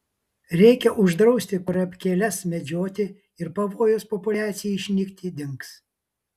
reikia uždrausti kurapkėles medžioti ir pavojus populiacijai išnykti dings